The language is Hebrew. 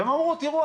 הם אמרו 'תראו,